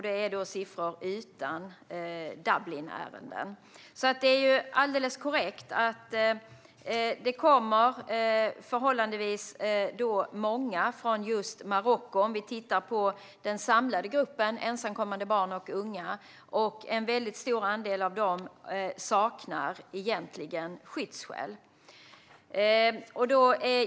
Det är siffror utan Dublinärenden. Det är alldeles korrekt att det kommer förhållandevis många från Marocko sett på den samlade gruppen ensamkommande barn och unga. En stor andel av dem saknar skyddsskäl.